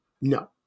No